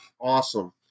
awesome